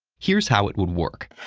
here's how it would work.